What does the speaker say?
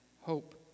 hope